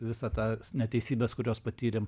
visą tą neteisybes kurios patyrėm